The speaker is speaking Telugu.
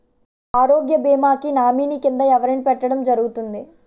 ఆరోగ్య భీమా కి నామినీ కిందా ఎవరిని పెట్టడం జరుగతుంది?